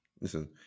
Listen